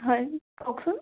হয় কওকচোন